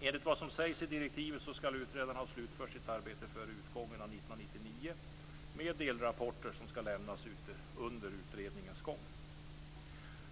Enligt vad som sägs i direktiven skall utredaren ha slutfört sitt arbete före utgången av 1999, men delrapporter skall lämnas under utredningens gång.